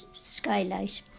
skylight